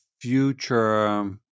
future